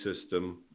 system